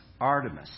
Artemis